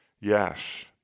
Yes